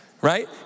right